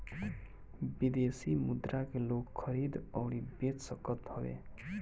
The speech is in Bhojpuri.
विदेशी मुद्रा के लोग खरीद अउरी बेच सकत हवे